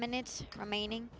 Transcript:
minutes remaining